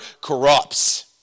corrupts